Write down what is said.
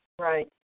Right